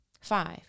Five